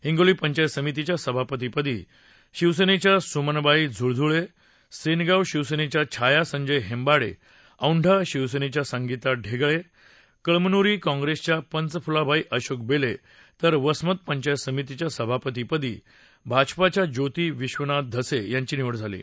हिंगोली पंचायत समितीच्या सभापतीपदी शिवसेनेच्या स्मनबाई झ्ळझ्ळे सेनगाव शिवसेनेच्या छाया संजय हेंबाडे औंढा शिवसेनेच्या संगीता ढेकळे कळमन्री काँग्रेसच्या पंचफ्लाबाई अशोक बेले तर वसमत पंचायत समितीच्या सभापती पदी भाजपाच्या ज्योती विश्वनाथ धसे यांची निवड झाली आहे